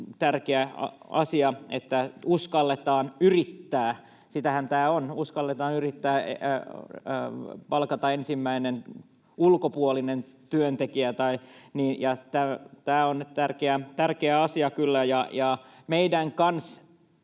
elintärkeä asia, että uskalletaan yrittää. Sitähän tämä on: uskalletaan yrittää, palkata ensimmäinen ulkopuolinen työntekijä. Tämä on tärkeä asia kyllä. Meidän pitää